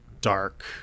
dark